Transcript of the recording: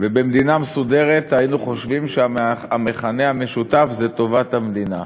ובמדינה מסודרת היינו חושבים שהמכנה המשותף זה טובת המדינה.